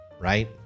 right